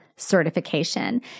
Certification